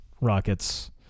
rockets